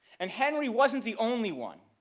and henry wasn't the only one